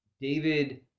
David